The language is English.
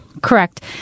Correct